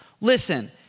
Listen